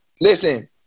Listen